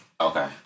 Okay